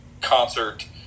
concert